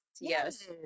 Yes